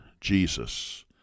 Jesus